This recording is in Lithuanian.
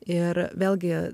ir vėlgi